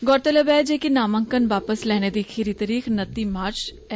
गौरतलब ऐ जे कि नामांकन वापस लेने दी खीरी तरीख नती मार्च ऐ